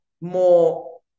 more